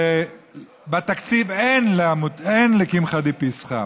ובתקציב אין לקמחא דפסחא.